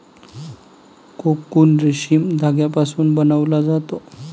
cocoon रेशीम धाग्यापासून बनवला जातो